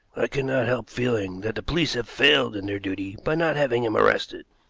i cannot help feeling that the police have failed in their duty by not having him arrested.